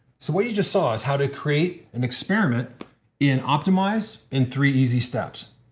so what you just saw is how to create an experiment in optimize in three easy steps.